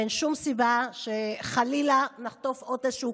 ואין שום סיבה שחלילה נחטוף עוד איזשהו